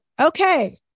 Okay